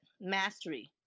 mastery